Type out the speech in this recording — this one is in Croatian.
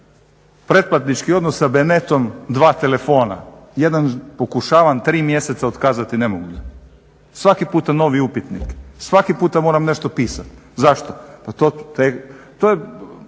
pretplatnički odnos sa B-NET-om 2 telefona. Jedan pokušavam 3 mjeseca otkazati i ne mogu. Svaki puta novi upitnik, svaki puta moram nešto pisati. Zašto? Pa to čak